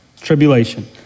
tribulation